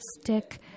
stick